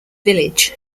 village